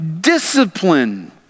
discipline